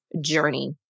journey